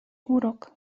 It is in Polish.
urok